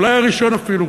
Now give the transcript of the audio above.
אולי הראשון אפילו.